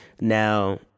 Now